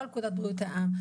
לא על פקודת בריאות העם,